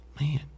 man